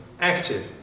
active